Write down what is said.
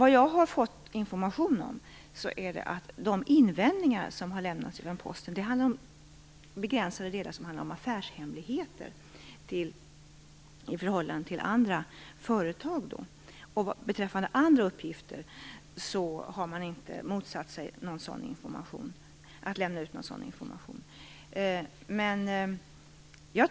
Den information som jag har fått är att de invändningar som har lämnats från Posten gäller de begränsade delar som handlar om affärshemligheter i förhållande till andra företag. Beträffande andra uppgifter har man inte motsatt sig att lämna ut någon sådan information.